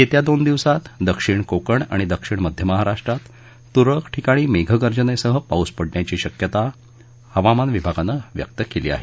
येत्या दोन दिवसात दक्षिण कोकण आणि दक्षिण मध्य महाराष्ट्रात तुरळक ठिकाणी मेघगर्जनेसह पाऊस पडण्याची शक्यता हवामान विभागानं व्यक्त केली आहे